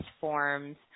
forms